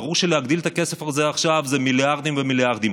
וברור שלהגדיל את הכסף הזה עכשיו זה מיליארדים ומיליארדים.